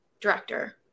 director